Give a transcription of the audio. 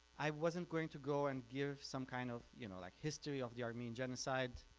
i wasn't going to go and give some kind of you know, like history of the armenian genocide.